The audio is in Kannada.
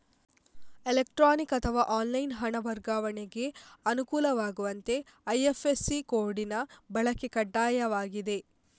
ಎಲೆಕ್ಟ್ರಾನಿಕ್ ಅಥವಾ ಆನ್ಲೈನ್ ಹಣ ವರ್ಗಾವಣೆಗೆ ಅನುಕೂಲವಾಗುವಂತೆ ಐ.ಎಫ್.ಎಸ್.ಸಿ ಕೋಡಿನ ಬಳಕೆ ಕಡ್ಡಾಯವಾಗಿದೆ